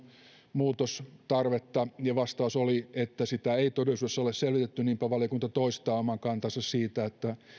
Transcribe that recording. muutostarvetta ja vastaus oli että sitä ei todellisuudessa ole selvitetty niinpä valiokunta toistaa oman kantansa siitä että